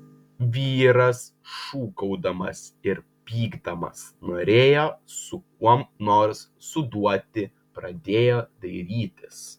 vyras šūkaudamas ir pykdamas norėjo su kuom nors suduoti pradėjo dairytis